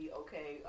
okay